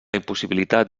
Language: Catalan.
impossibilitat